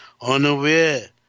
unaware